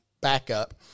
backup